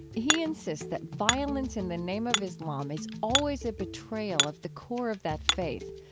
he insists that violence in the name of islam is always a betrayal of the core of that faith,